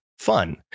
Fun